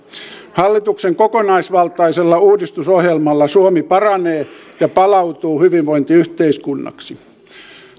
hallituksen kokonaisvaltaisella uudistusohjelmalla suomi paranee ja palautuu hyvinvointiyhteiskunnaksi